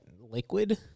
liquid